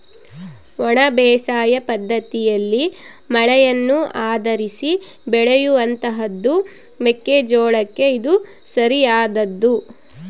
ಒಣ ಬೇಸಾಯ ಪದ್ದತಿಯಲ್ಲಿ ಮಳೆಯನ್ನು ಆಧರಿಸಿ ಬೆಳೆಯುವಂತಹದ್ದು ಮೆಕ್ಕೆ ಜೋಳಕ್ಕೆ ಇದು ಸರಿಯಾದದ್ದು